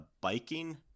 biking